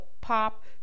pop